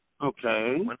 Okay